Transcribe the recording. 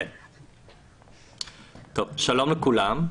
שלום לכולם,